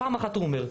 פעם אחת הוא אומר.